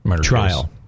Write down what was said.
trial